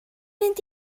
mynd